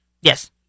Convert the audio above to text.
Yes